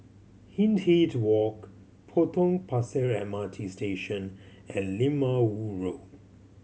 Hindhede Walk Potong Pasir M R T Station and Lim Ah Woo Road